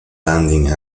landing